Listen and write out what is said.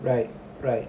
right right